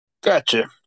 Gotcha